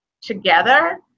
together